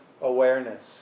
awareness